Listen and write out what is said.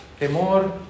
temor